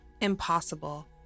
Impossible